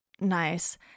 Nice